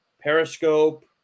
Periscope